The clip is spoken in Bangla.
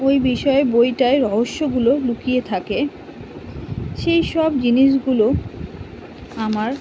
ওই বিষয়ে বইটায় রহস্যগুলো লুকিয়ে থাকে সেই সব জিনিসগুলো আমার